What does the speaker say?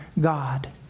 God